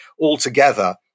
altogether